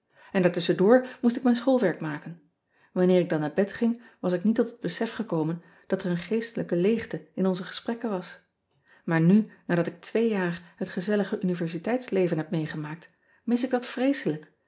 n daar tusschendoor moest ik mijn schoolwerk maken anneer ik dan naar bed ging was ik niet tot het besef gekomen dat er een geestelijke leegte in onze gesprekken was aar nu nadat ik twee jaar het gezellige universiteitsleven heb meegemaakt mis ik dat vreeselijk